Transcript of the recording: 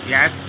Yes